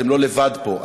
אתם לא לבד פה.